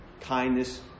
Kindness